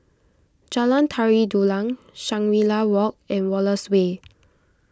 Jalan Tari Dulang Shangri La Walk and Wallace Way